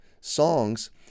songs